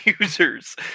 users